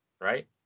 right